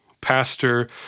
pastor